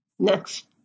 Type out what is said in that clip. Next